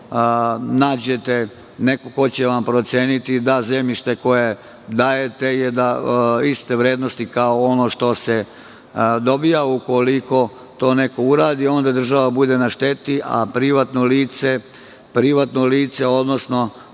nađete nekog ko će vam proceniti da zemljište koje dajete je iste vrednosti kao ono što se dobija, ukoliko to neko uradi, onda država bude na šteti a privatno lice, odnosno